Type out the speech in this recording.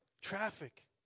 Traffic